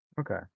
Okay